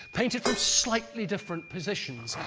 painted from slightly different positions.